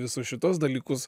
visus šitus dalykus